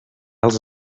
als